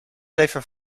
leven